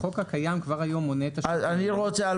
החוק הקיים כבר היום מונה --- אני רוצה על